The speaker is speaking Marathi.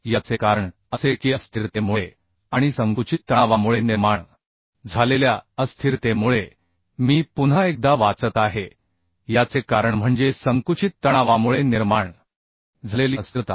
याचे कारण असे की अस्थिरतेमुळे आणि संकुचित तणावामुळे निर्माण झालेल्या अस्थिरतेमुळे मी पुन्हा एकदा वाचत आहे याचे कारण म्हणजे संकुचित तणावामुळे निर्माण झालेली अस्थिरता